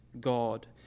God